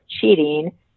cheating